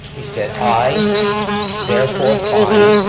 he said, i therefore find